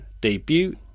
debut